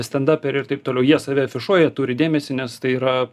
stendaperiai ir taip toliau jie save afišuoja jie turi dėmesį nes tai yra